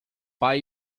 pai